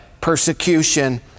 persecution